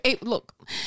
look